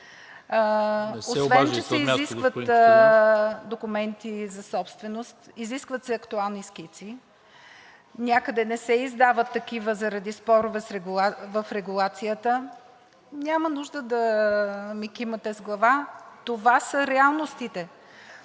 Освен че се изискват документи за собственост, изискват се актуални скици. Някъде не се издават такива заради спорове в регулацията. Няма нужда да ми кимате с глава, това са реалностите.